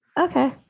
Okay